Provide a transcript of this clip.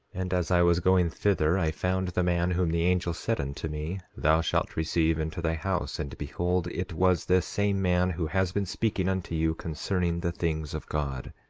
and as i was going thither i found the man whom the angel said unto me thou shalt receive into thy house and behold it was this same man who has been speaking unto you concerning the things of god.